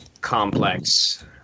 complex